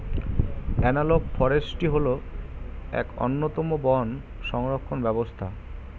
analogue forestry হল এক অন্যতম বন সংরক্ষণ ব্যবস্থা